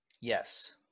yes